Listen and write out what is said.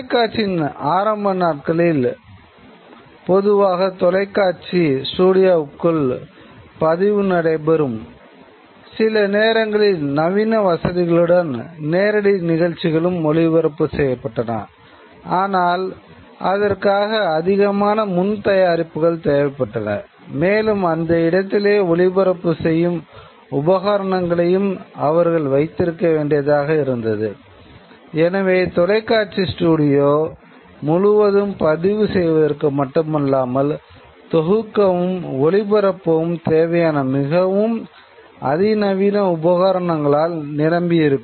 தொலைக்காட்சியின் ஆரம்ப நாட்களில் பொதுவாக தொலைக்காட்சி ஸ்டுடியோவுக்குள் தேவையான மிகவும் அதிநவீன உபகரணங்களால் நிரம்பியிருக்கும்